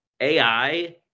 AI